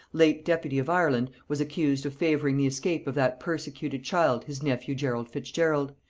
late deputy of ireland, was accused of favouring the escape of that persecuted child his nephew gerald fitzgerald,